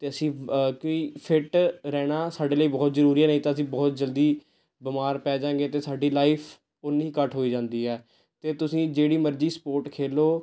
ਅਤੇ ਅਸੀਂ ਕੋਈ ਫਿਟ ਰਹਿਣਾ ਸਾਡੇ ਲਈ ਬਹੁਤ ਜ਼ਰੂਰੀ ਹੈ ਨਹੀਂ ਤਾਂ ਅਸੀਂ ਬਹੁਤ ਜਲਦੀ ਬਿਮਾਰ ਪੈ ਜਾਂਗੇ ਅਤੇ ਸਾਡੀ ਲਾਈਫ ਉਨੀ ਹੀ ਘੱਟ ਹੋਈ ਜਾਂਦੀ ਹੈ ਅਤੇ ਤੁਸੀਂ ਜਿਹੜੀ ਮਰਜ਼ੀ ਸਪੋਰਟ ਖੇਡੋ